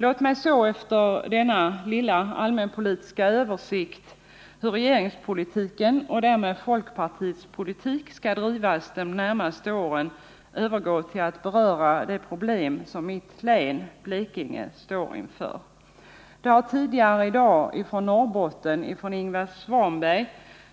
Låt mig så efter denna lilla allmänpolitiska översikt över hur regeringspolitiken och därmed folkpartiets politik skall drivas de närmaste åren övergå till att beröra de problem som mitt län, Blekinge, står inför. Tidigare i dag har Ingvar Svanberg